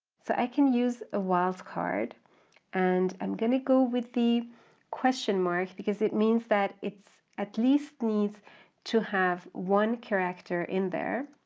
so i can use a wild-card and i'm going to go with the question mark because it means that it's at least needs to have one character in there,